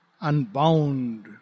unbound